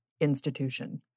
institution